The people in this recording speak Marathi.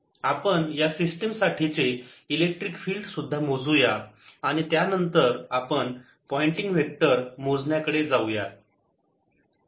आपण या सिस्टीम साठीचे इलेक्ट्रिक फील्ड सुद्धा मोजुया आणि त्यानंतर आपण पॉइंटिंग वेक्टर मोजण्या कडे जाऊयात